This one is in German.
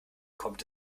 kommt